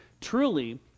Truly